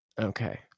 Okay